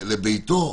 לביתו?